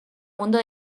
mundo